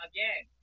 Again